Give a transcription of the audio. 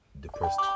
depressed